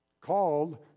called